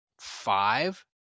five